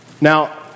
Now